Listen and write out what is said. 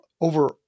Over